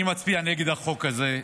אני מצביע נגד החוק הזה.